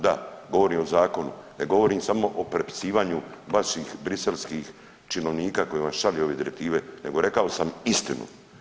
Da, govorim o zakonu ne govorim samo o prepisivanju vaših briselskih činovnika koji vam šalju ove direktive, nego rekao sam istinu.